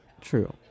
True